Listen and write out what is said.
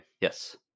Yes